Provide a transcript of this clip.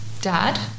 dad